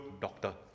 doctor